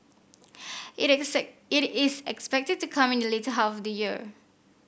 it is it is expected to come in the later half of the year